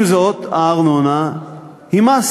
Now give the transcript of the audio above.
עם זאת, הארנונה היא מס